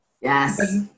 Yes